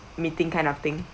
meeting kind of thing